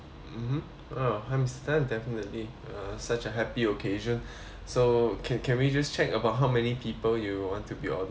oh hi mister definitely uh such a happy occasion so can can we just check about how many people you want to be ordering for